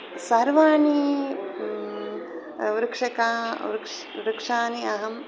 सर्वाणि वृक्षकाः वृक्षं वृक्षान् अहं